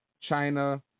China